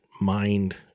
mind